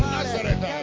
Nazareth